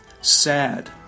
Sad